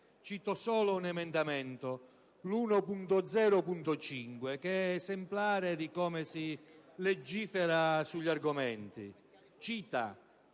Cito solo l'emendamento 1.0.5, che è esemplare di come si legifera sugli argomenti.